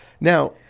Now